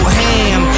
ham